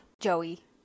Joey